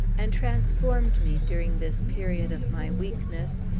and transformed me, during this period of my weakness,